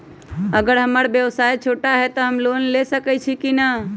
अगर हमर व्यवसाय छोटा है त हम लोन ले सकईछी की न?